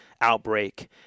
outbreak